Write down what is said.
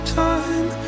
time